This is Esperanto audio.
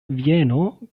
vieno